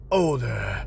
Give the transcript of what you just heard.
older